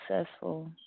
successful